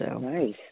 Nice